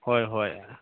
ꯍꯣꯏ ꯍꯣꯏ